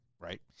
right